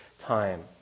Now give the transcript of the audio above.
time